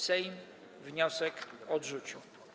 Sejm wniosek odrzucił.